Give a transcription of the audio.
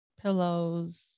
pillows